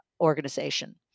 organization